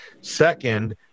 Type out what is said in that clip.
second